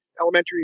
elementary